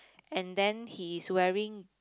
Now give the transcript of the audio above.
and then he is wearing